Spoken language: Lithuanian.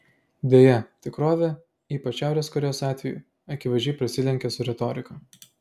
deja tikrovė ypač šiaurės korėjos atveju akivaizdžiai prasilenkia su retorika